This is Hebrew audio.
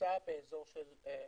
שנמצא באזור של זיכיון.